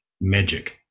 magic